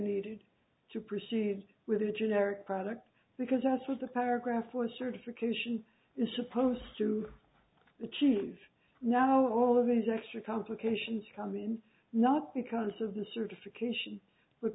needed to proceed with a generic product because that's what the paragraph for certification is supposed to achieve now all of these extra complications come in not because of the certification but